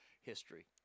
history